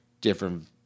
different